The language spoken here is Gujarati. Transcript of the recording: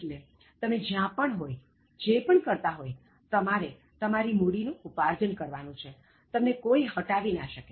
એટલે તમે જ્યાં પણ હોય જે પણ કરતા હોય તમારે તમારી મૂડી નું ઉપાર્જન કરવાનું છે તમને કોઇ હટાવી ન શકે